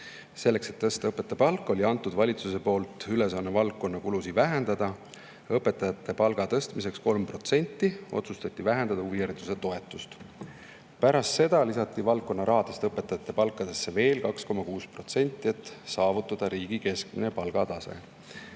Selleks, et tõsta õpetajate palku, oli antud valitsuse poolt ülesanne valdkonna kulusid vähendada. Õpetajate palga tõstmiseks 3% otsustati vähendada huvihariduse toetust. Pärast seda lisati valdkonna rahadest õpetajate palkadesse veel 2,6%, et saavutada riigi keskmine palgatase.